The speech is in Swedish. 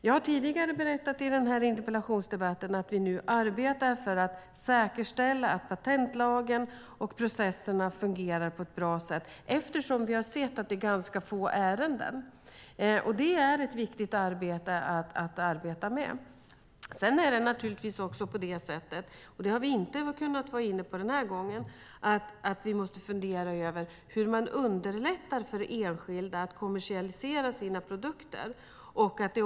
Jag har tidigare i denna interpellationsdebatt talat om att vi nu arbetar för att säkerställa att patentlagen och processerna ska fungera på ett bra sätt eftersom vi har sett att det är ganska få ärenden. Det är ett viktigt arbete. Sedan måste vi fundera över, vilket vi inte har varit inne på den här gången, hur man underlättar för enskilda att kommersialisera sina produkter.